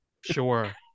Sure